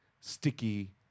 sticky